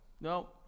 No